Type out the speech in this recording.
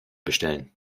bestellen